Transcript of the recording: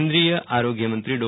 કેન્દ્રીય આરોગ્ય મંત્રી ડો